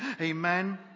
Amen